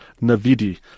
Navidi